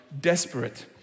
desperate